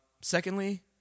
Secondly